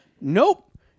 nope